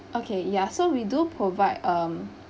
okay ya so we do provide um